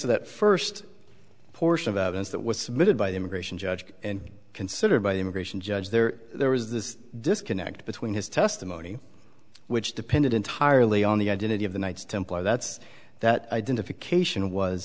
that first portion of evidence that was submitted by the immigration judge and considered by the immigration judge there there was this disconnect between his testimony which depended entirely on the identity of the knights templar that's that identification was